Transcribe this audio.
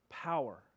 power